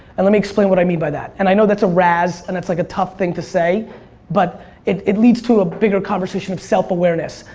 and let me explain what i mean by that. and i know that's a razz and that's like a tough thing to say but it leads to a bigger conversation of self-awareness.